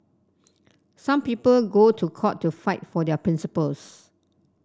some people go to court to fight for their principles